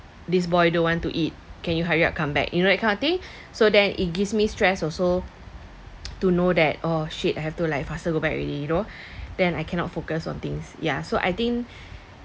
this boy don't want to eat can you hurry up come back you know that kind of thing so then it gives me stress also to know that oh shit I have to like faster go back already you know then I cannot focus on things ya so I think